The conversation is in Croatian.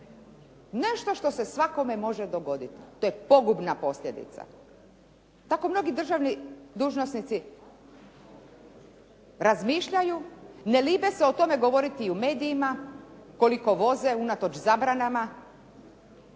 nešto što se svakome može dogoditi, to je pogubna posljedica. Tako mnogi državni dužnosnici razmišljaju, ne libe se o tome govoriti u medijima koliko voze unatoč zabranama